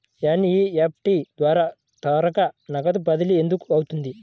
NEFT ద్వారా త్వరగా నగదు బదిలీ ఎందుకు అవుతుంది?